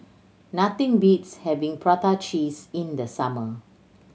nothing beats having prata cheese in the summer